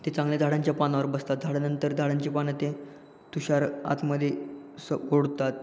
ते चांगल्या झाडांच्या पानावर बसतात झाडानंतर झाडांचे पानं ते तुषार आतमध्ये असं ओढतात